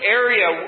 area